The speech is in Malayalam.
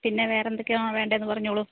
പിന്നെ വേറെ എന്തെക്കെയാണ് വേണ്ടത് എന്ന് പറഞ്ഞോളൂ